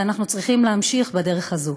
ואנחנו צריכים להמשיך בדרך הזו.